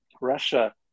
Russia